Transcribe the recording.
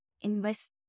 invest